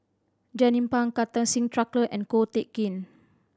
Jernnine Pang Kartar Singh Thakral and Ko Teck Kin